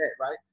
Right